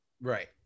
Right